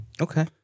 Okay